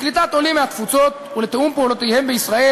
לקליטת עולים מהתפוצות ולתיאום פעולותיהם בישראל